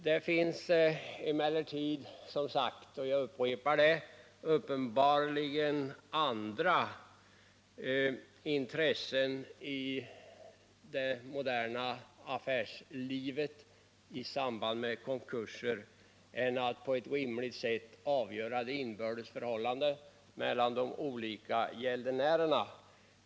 Det finns emellertid, jag upprepar det, uppenbarligen andra intressen i det moderna affärslivet i samband med konkurser än att på ett rimligt sätt avgöra de inbördes förhållandena mellan de olika borgenärerna.